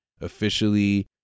Officially